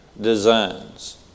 designs